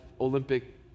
Olympic